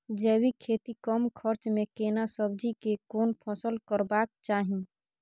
जैविक खेती कम खर्च में केना सब्जी के कोन फसल करबाक चाही?